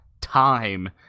time